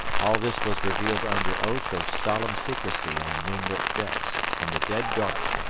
all this was revealed under oath of solemn secrecy on moonlit decks, in the dead dark,